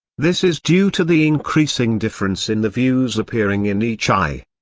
this is due to the increasing difference in the views appearing in each eye.